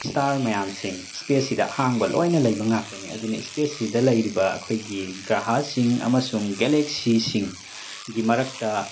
star ꯃꯌꯥꯝꯁꯤꯡ ꯏꯁꯄꯦꯁꯁꯤꯗ ꯑꯍꯥꯡꯕ ꯂꯣꯏꯅ ꯂꯩꯕ ꯉꯥꯛꯇꯅꯦ ꯑꯗꯨꯅ ꯏꯁꯄꯦꯁ ꯁꯤꯗ ꯂꯩꯔꯤꯕ ꯑꯩꯈꯣꯏꯒꯤ ꯒ꯭ꯔꯍꯥꯁꯤꯡ ꯑꯃꯁꯨꯡ ꯒꯦꯂꯦꯛꯁꯤ ꯁꯤꯡꯒꯤ ꯃꯔꯛꯇ